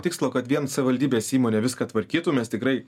tikslo kad vien savivaldybės įmonė viską tvarkytų mes tikrai